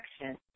action